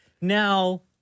Now